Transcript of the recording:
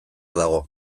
dago